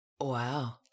Wow